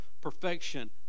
perfection